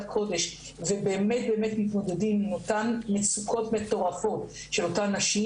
קודש ובאמת מתמודדים עם אותן מצוקות מטורפות של אותן נשים.